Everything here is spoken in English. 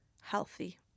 healthy